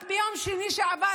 רק ביום שני שעבר,